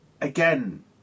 Again